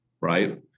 right